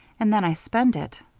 and then i spend it.